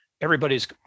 Everybody's